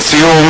לסיום,